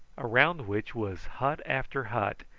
around which was hut after hut,